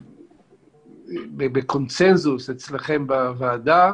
ובקונסנזוס אצלכם בוועדה,